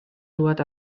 dŵad